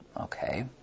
Okay